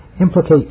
implicate